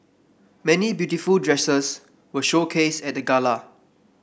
many beautiful dresses were showcased at the gala